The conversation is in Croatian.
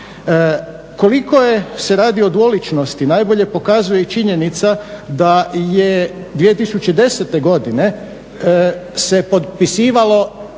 Koliko se radi o dvoličnosti najbolje pokazuje i činjenica da je 2010.godine se potpisivalo